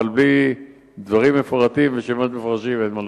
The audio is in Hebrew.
אבל בלי דברים מפורטים ושמות מפורשים אין מה לעשות.